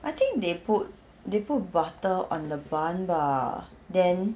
I think they put they put butter on the bun bah then